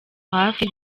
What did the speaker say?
hafi